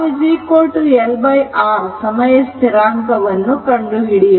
τ LR ಸಮಯ ಸ್ಥಿರಾಂಕವನ್ನು ಕಂಡುಹಿಡಿಯೋಣ